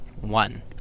one